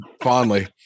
fondly